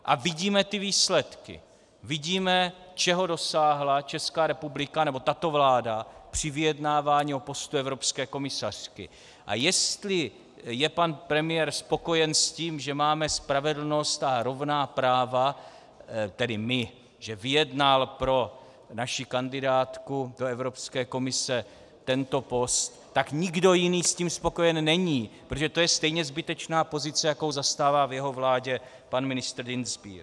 A vidíme ty výsledky, vidíme, čeho dosáhla Česká republika nebo tato vláda při vyjednávání o postu evropské komisařky, a jestli je pan premiér spokojen s tím, že máme spravedlnost a rovná práva, tedy my, že vyjednal pro naši kandidátku do Evropské komise tento post, tak nikdo jiný s tím spokojen není, protože to je stejně zbytečná pozice, jakou zastává v jeho vládě pan ministr Dienstbier.